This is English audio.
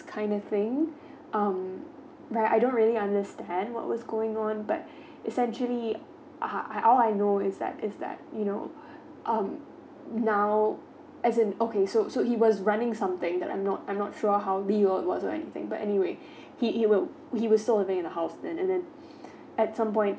kind of thing um but I don't really understand what was going on but is actually uh all I know is that is that you know um now as in okay so so he was running something that I'm not I'm not sure how legal it was or anything but anyway he will sold away the house and then and then at some point